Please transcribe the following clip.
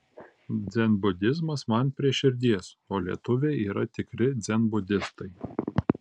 dzenbudizmas man prie širdies o lietuviai yra tikri dzenbudistai